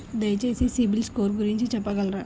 దయచేసి CIBIL score గురించి చెప్పగలరా?